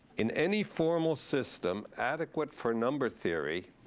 in any formal system adequate for number theory